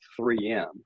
3M